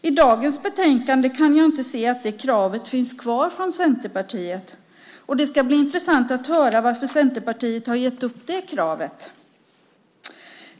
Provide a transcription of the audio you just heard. I dagens betänkande kan jag inte se att det kravet finns kvar från Centerpartiet. Det ska bli intressant att höra varför Centerpartiet har gett upp det.